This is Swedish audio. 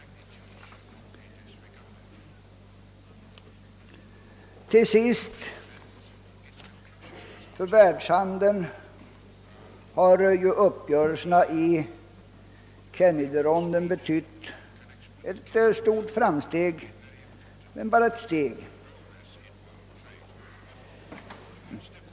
För världshandeln har uppgörelserna i Kennedyronden inneburit ett stort framsteg men bara ett steg.